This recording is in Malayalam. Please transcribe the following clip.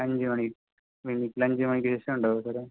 അഞ്ച് മണി വീട്ടിൽ അഞ്ച് മണിക്ക് ശേഷം ഉണ്ടാവുമോ സാറേ